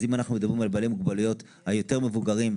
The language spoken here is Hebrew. אם אנחנו מדברים על בעלי מוגבלויות היותר מבוגרים,